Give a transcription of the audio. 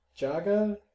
Jaga